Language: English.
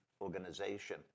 organization